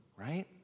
right